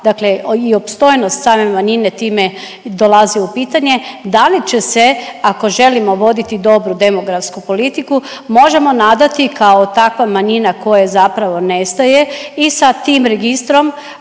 dakle i opstojnost same manjine time dolazi u pitanje. Da li će se ako želimo voditi dobru demografsku politiku možemo nadati kao takva manjina koja zapravo nestaje i sa tim registrom